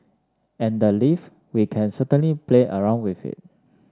and the leave we can certainly play around with it